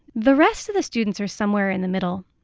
the rest of the students are somewhere in the middle,